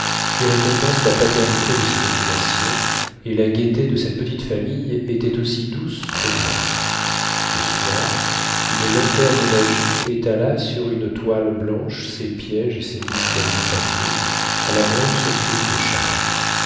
qui récompense la paternité de ses obligations et la gaieté de cette petite famille était aussi douce que vraie le soir une lanterne magique étala sur une toile blanche ses piéges et ses mystérieux tableaux à la grande surprise de charles